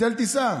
ביטל טיסה.